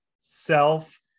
self-